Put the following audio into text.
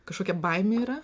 kažkokia baimė yra